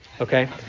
Okay